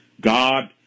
God